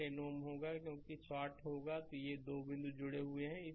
यह 10 Ω होगा क्योंकि यह शॉर्ट होगा ये 2 बिंदु जुड़े हुए हैं